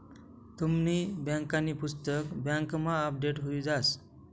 तुमनी बँकांनी पुस्तक बँकमा अपडेट हुई जास